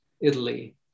Italy